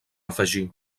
afegir